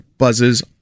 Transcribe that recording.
Buzzes